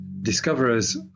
discoverers